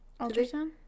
ultrasound